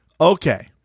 Okay